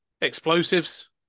explosives